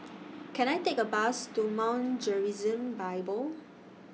Can I Take A Bus to Mount Gerizim Bible